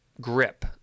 grip